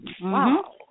Wow